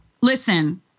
listen